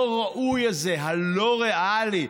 הלא-ראוי הזה, הלא-ריאלי.